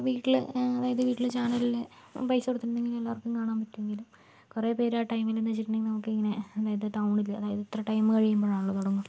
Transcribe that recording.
വീട്ടിൽ അതായത് വീട്ടിൽ ചാനലിൽ പൈസ കൊടുത്തിട്ടുണ്ടെങ്കിൽ എല്ലാവർക്കും കാണാൻ പറ്റുമെങ്കിലും കുറെ പേർ ആ ടൈമിലെന്ന് വച്ചിട്ടുണ്ടെങ്കിൽ നമുക്ക് ഇങ്ങനെ അതായത് ടൗണിൽ അതായത് ഇത്ര ടൈം കഴിയുമ്പോഴാണല്ലോ തുടങ്ങുക